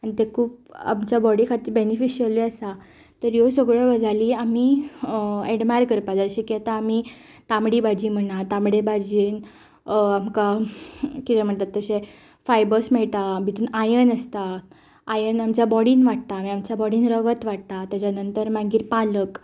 आनी तें खूब आमच्या बॉडी खातीर बेनिफिशयल आसा तर ह्यो सगळ्यो गजाली आमी एडमायर करपा जाय जशें कितें आमी तांबडी भाजी म्हणा तांबडे भाजयेन आमकां कितें म्हणटा तशें फायबर्स मेयटा भितून आयन आसता आयन आमच्या बॉडीन वाडटा आनी आमच्या बॉडीन रगत वाडटा तेज्या नंतर मागीर पालक